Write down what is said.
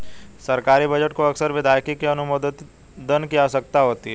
सरकारी बजट को अक्सर विधायिका के अनुमोदन की आवश्यकता होती है